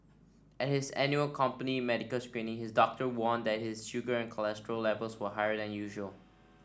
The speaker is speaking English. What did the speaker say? at his annual company medical screening his doctor warned that his sugar and cholesterol levels were higher than usual